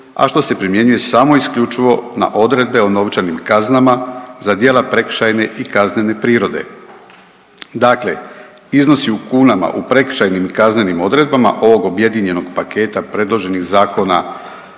a što se primjenjuje samo isključivo na odredbe o novčanim kaznama za djela prekršajne i kaznene prirode. Dakle, iznosi u kunama u prekršajnim i kaznenim odredbama ovog objedinjenog paketa predloženih zakona